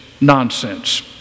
nonsense